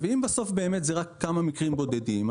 אם בסוף באמת זה רק כמה מקרים בודדים,